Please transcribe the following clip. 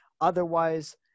Otherwise